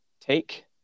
take